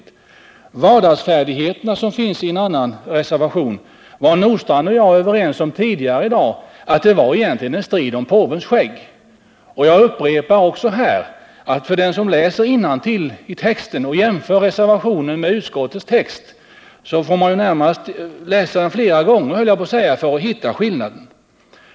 Beträffande vardagsfärdigheterna, som tas upp i en annan reservation, var Ove Nordstrandh och jag tidigare i dag överens om att det egentligen är en strid om påvens skägg. Jag upprepar här att den som läser innantill och jämför reservationens text med utskottets måste göra det flera gånger för att hitta någon skillnad.